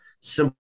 simple